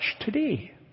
today